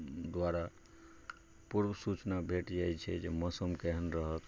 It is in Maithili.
द्वारा पूर्व सूचना भेट जाइ छै जे मौसम केहन रहत